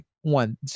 one